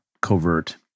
covert